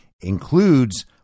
Includes